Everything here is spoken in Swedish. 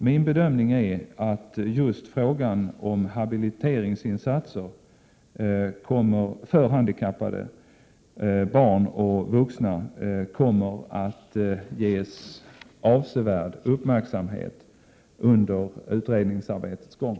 Min bedömning är att just frågan om habiliteringsinsatser för handikappade barn och vuxna kommer att ges avsevärd uppmärksamhet under utredningsarbetets gång.